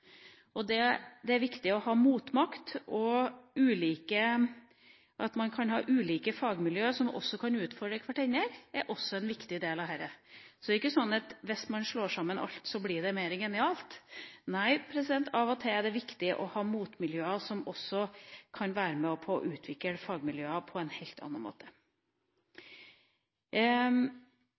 Det er viktig å ha motmakt. At man kan ha ulike fagmiljøer som også kan utfordre hverandre, er også en viktig del av dette. Så det er ikke sånn at hvis man slår sammen alt, blir det mer genialt. Nei, av og til er det viktig å ha motmiljøer som også kan være med på å utvikle fagmiljøer på en helt annen måte.